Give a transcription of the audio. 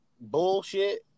bullshit